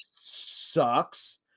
sucks